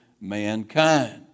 mankind